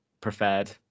preferred